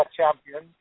champion